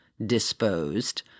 disposed